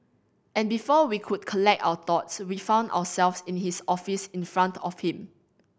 and before we could collect our thoughts we found ourselves in his office in front of him